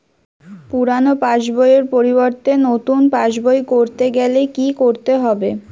পুরানো পাশবইয়ের পরিবর্তে নতুন পাশবই ক রতে গেলে কি কি করতে হবে?